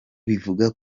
bivuga